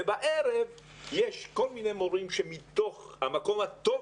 ובערב יש כל מיני מורים שמתוך המקום הטוב